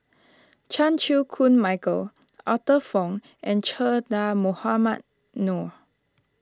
Chan Chew Koon Michael Arthur Fong and Che Dah Mohamed Noor